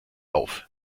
auf